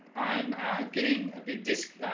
i'm getting a big disc.